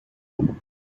century